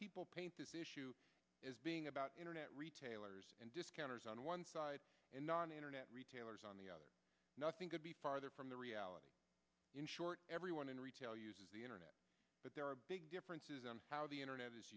people paint this issue as being about internet retailers and discounters on one side and on internet retailers on the other nothing could be farther from the reality in short everyone in retail uses the internet but there are big differences on how the internet is